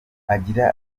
agira